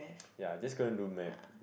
ya just couldn't do math